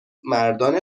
مردان